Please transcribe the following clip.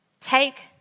take